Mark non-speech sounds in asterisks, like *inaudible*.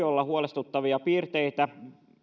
*unintelligible* olla huolestuttavia piirteitä